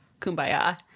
kumbaya